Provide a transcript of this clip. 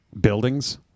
Buildings